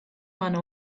one